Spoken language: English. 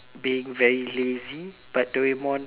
being very lazy but Doraemon